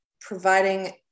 providing